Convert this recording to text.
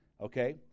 Okay